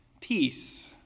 peace